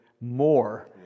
more